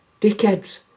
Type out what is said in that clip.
Dickheads